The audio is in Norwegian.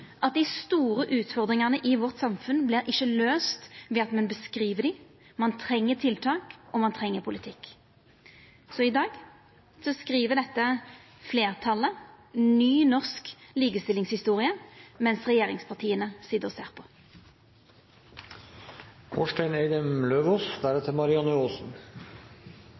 at dei store utfordringane i samfunnet vårt ikkje vert løyste ved at ein beskriv dei. Ein treng tiltak, og ein treng politikk. I dag skriv dette fleirtalet ny norsk likestillingshistorie, mens regjeringspartia sit og ser